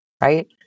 Right